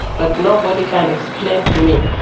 but nobody can explain to me.